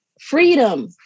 freedom